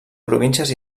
províncies